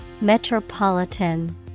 Metropolitan